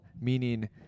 meaning